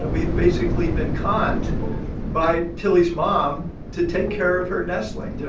ah we've basically been conned by tilly's mom to take care of her nestling, you know?